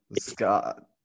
Scott